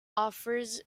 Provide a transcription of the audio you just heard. offers